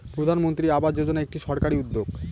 প্রধানমন্ত্রী আবাস যোজনা একটি সরকারি উদ্যোগ